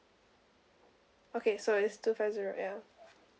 okay so it's two five zero ya